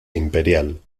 imperial